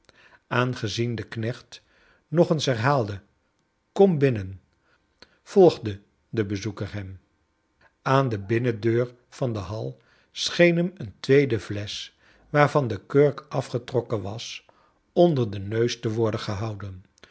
aangezien de knecht nog eens herhaalde kom binnen volgde de bezoeker hem aan de binnendeur van de hal scheen hem een tweede flesch waarvan de kurk afgetrokken was onder den neus te worden gehouden